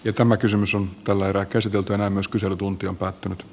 jo tämä kysymys on tällä erää käsiteltynä myös kyselytunti on tukea